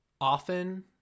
often